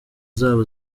zabo